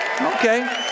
Okay